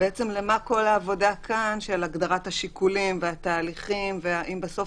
למה כל העבודה כאן של הגדרת השיקולים והתהליכים אם בסוף